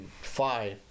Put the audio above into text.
five